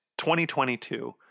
2022